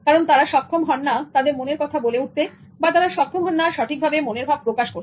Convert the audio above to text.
কারণ তারা সক্ষম হন না তাদের মনের কথা বলে উঠতে বা তারা সক্ষম হন না সঠিকভাবে মনের ভাব প্রকাশ করতে